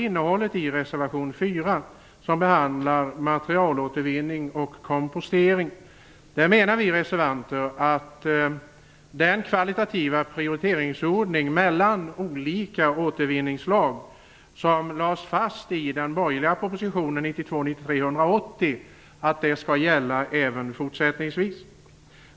I reservation 4 behandlas materialåtervinning och kompostering. Vi reservanter menar att den kvalitativa prioriteringsordning mellan olika återvinningsslag som lades fast i den borgerliga regeringens proposition 1992/93:180 skall gälla även fortsättningsvis.